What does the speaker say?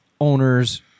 owners